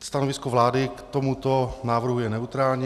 Stanovisko vlády k tomuto návrhu je neutrální.